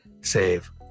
save